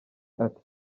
ati